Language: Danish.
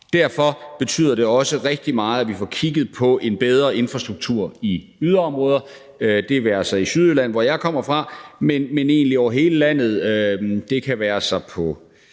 Derfor betyder det også rigtig meget, at vi får kigget på en bedre infrastruktur i yderområderne. Det være sig i Sydjylland, hvor jeg kommer fra, men egentlig over hele landet. Det være sig på